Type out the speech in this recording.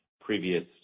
previous